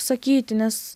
sakyti nes